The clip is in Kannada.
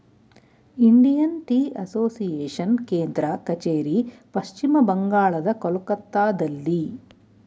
ಇಂಡಿಯನ್ ಟೀ ಅಸೋಸಿಯೇಷನ್ ಕೇಂದ್ರ ಕಚೇರಿ ಪಶ್ಚಿಮ ಬಂಗಾಳದ ಕೊಲ್ಕತ್ತಾದಲ್ಲಿ